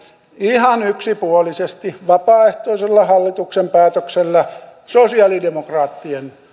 ihan yksipuolisesti vapaaehtoisella hallituksen päätöksellä sosialidemokraattien